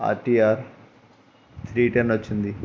RTR street అనొచ్చింది